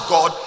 God